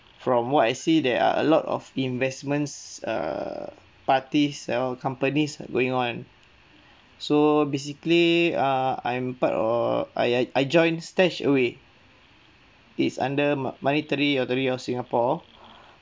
from what I see there are a lot of investments err parties or companies going on so basically uh I'm part of I I I joined StashAway is under mo~ monetary authority of singapore